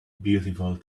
beautiful